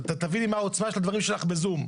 תביני מה העוצמה של הדברים שלך בזום.